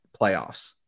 playoffs